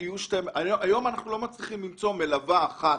היום אנחנו לא מצליחים למצוא מלווה אחת.